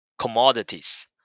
commodities